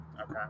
Okay